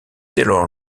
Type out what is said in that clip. taylor